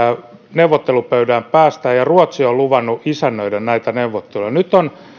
neuvottelupöytään päästään ja ruotsi on luvannut isännöidä näitä neuvotteluja nyt on